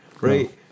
Right